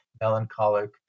melancholic